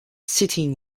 sitting